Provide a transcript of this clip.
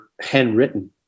handwritten